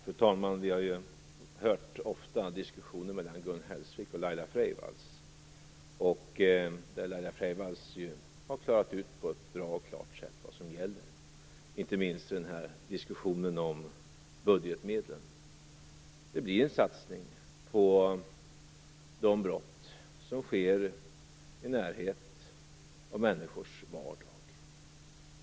Fru talman! Vi har ju ofta hört diskussionen mellan Gun Hellsvik och Laila Freivalds. Laila Freivalds har på ett bra sätt klarat ut vad som gäller, inte minst i den här diskussionen om budgetmedlen. Det blir en satsning vad gäller de brott som sker i närheten av människors vardag.